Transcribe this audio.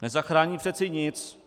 Nezachrání přece nic.